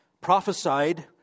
prophesied